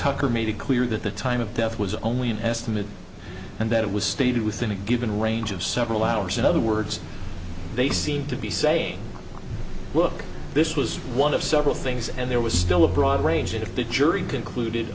tucker made it clear that the time of death was only an estimate and that it was stayed within a given range of several hours in other words they seemed to be saying look this was one of several things and there was still a broad range of the jury concluded